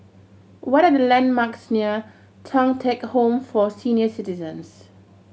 what are the landmarks near Thong Teck Home for Senior Citizens